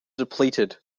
depleted